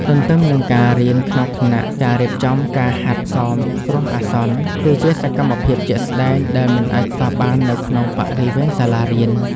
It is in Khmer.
ទន្ទឹមនឹងការរៀនក្នុងថ្នាក់ ការរៀបចំការហាត់សមគ្រោះអាសន្ន គឺជាសកម្មភាពជាក់ស្ដែងដែលមិនអាចខ្វះបាននៅក្នុងបរិវេណសាលារៀន។